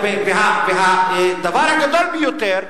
הדבר הגדול ביותר,